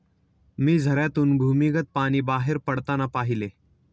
मी झऱ्यातून भूमिगत पाणी बाहेर पडताना पाहिले